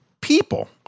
People